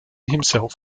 himself